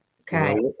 Okay